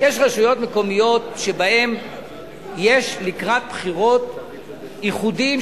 יש רשויות מקומיות שבהן יש לקראת בחירות איחודים,